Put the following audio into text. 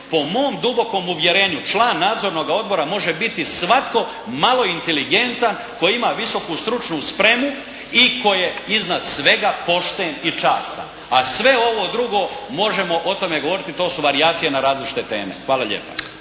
po mom dubokom uvjerenju član nadzornoga odbora može biti svatko malo inteligentan koji ima visoku stručnu spremu i koji je iznad svega pošten i častan. A sve ovo drugo možemo o tome govoriti. To su varijacije na različite teme. Hvala lijepa.